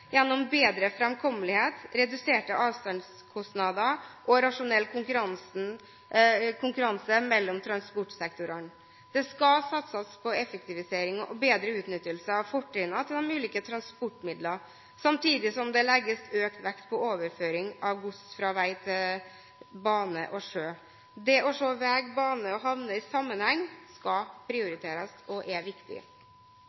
gjennom bedre framkommelighet, reduserte avstandskostnader og rasjonell konkurranse mellom transportsektorene. Det skal satses på effektivisering og bedre utnyttelse av fortrinnene til de ulike transportmidlene, samtidig som det legges økt vekt på overføring av gods fra vei til bane og sjø. Det å se vei, bane og havner i sammenheng skal